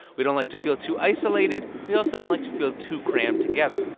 we don't like to feel too isolated we also don't like to feel too crammed together.